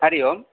हरिः ओं